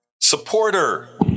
supporter